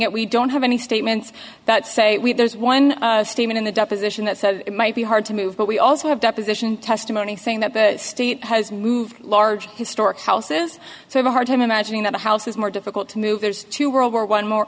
it we don't have any statements that say there's one statement in the deposition that says it might be hard to move but we also have deposition testimony saying that the state has moved large historic houses so hard time imagining that a house is more difficult to move there's two world war one more